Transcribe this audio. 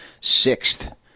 sixth